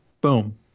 boom